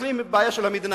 המתנחלים הם בעיה של המדינה,